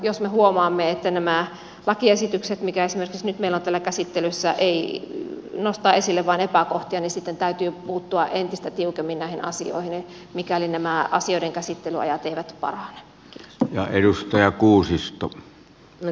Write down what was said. jos me huomaamme että nämä lakiesitykset jollainen esimerkiksi nyt meillä on täällä käsittelyssä nostavat esille vain epäkohtia niin sitten täytyy puuttua entistä tiukemmin näihin asioihin mikäli nämä asioiden käsittelyajat eivät parane